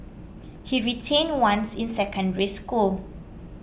he retained once in Secondary School